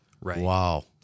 Wow